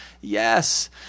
yes